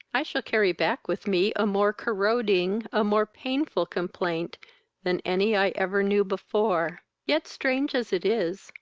i shall carry back with me a more corroding, a more painful complaint than any i ever knew before yet, strange as it is,